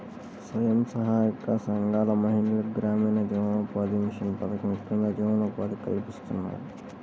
స్వయం సహాయక సంఘాల మహిళలకు గ్రామీణ జీవనోపాధి మిషన్ పథకం కింద జీవనోపాధి కల్పిస్తున్నారు